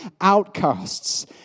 outcasts